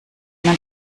man